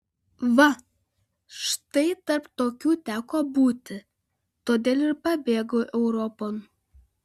va štai tarp tokių teko būti todėl ir pabėgau europon